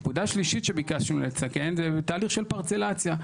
נקודה שלישית שביקשנו לתקן זה תהליך של פרצלציה.